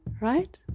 Right